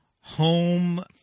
home